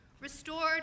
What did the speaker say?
restored